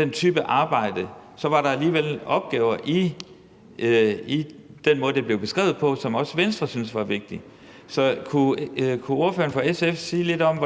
den type arbejde, så var der alligevel opgaver i den måde, det blev beskrevet på, som også Venstre synes var vigtige. Så kunne ordføreren fra SF sige lidt om,